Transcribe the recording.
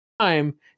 time